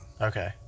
Okay